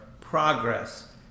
progress